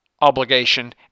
Obligation